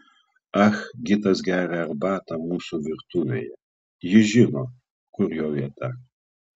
ah gitas geria arbatą mūsų virtuvėje jis žino kur jo vieta